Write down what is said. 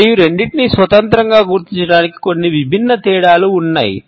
మరియు రెండింటినీ స్వతంత్రంగా గుర్తించడానికి కొన్ని విభిన్న తేడాలు ఉన్నాయి